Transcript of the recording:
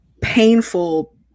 painful